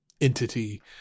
entity